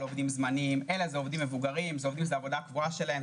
עובדים זמניים אלא על עובדים מבוגרים שזו העבודה הקבועה שלהם.